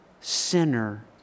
sinner